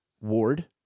Ward